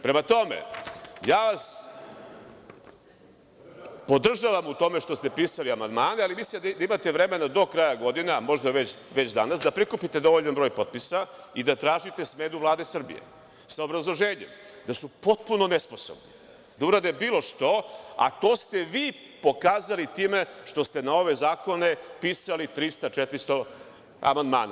Prema tome, ja vas podržavam u tome što ste pisali amandmane, ali mislim da imate vremena do kraja godine, a možda već danas, da prikupite dovoljan broj potpisa i da tražite smenu Vlade Srbije, s obrazloženjem da su nesposobni da urade bilo što, a to ste vi pokazali time što ste na ove zakone pisali 300-400 amandmana.